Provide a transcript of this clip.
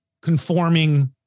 conforming